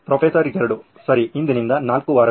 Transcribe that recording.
professor 2 ಸರಿ ಇಂದಿನಿಂದ 4 ವಾರಗಳು